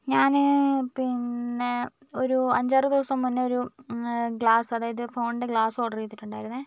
ഞാൻ പിന്നെ ഒരു അഞ്ചാറു ദിവസം മുന്നേ ഒരു ഗ്ലാസ് അതായത് ഫോണിന്റെ ഗ്ലാസ് ഓർഡർ ചെയ്തിട്ടുണ്ടായിരുന്നേ